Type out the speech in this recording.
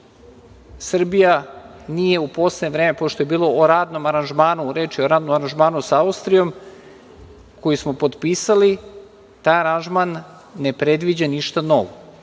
Srbija nije u poslednje vreme, pošto je bila u radnom aranžmanu, reč je aranžmanu sa Austrijom, koji smo potpisali i taj aranžman ne predviđa ništa novo.